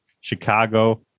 Chicago